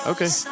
Okay